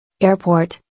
Airport